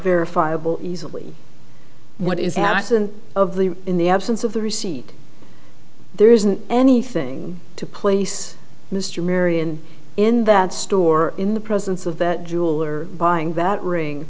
verifiable what is absent of the in the absence of the receipt there isn't anything to place mr marion in that store in the presence of that jeweler buying that ring